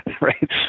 right